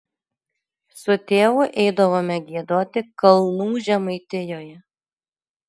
su tėvu eidavome giedoti kalnų žemaitijoje